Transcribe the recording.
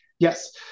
Yes